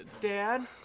Dad